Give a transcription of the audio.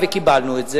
הממשלה, וקיבלנו את זה,